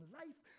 life